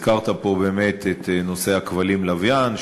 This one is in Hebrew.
הזכרת פה באמת את נושא הכבלים-לוויין,